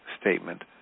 statement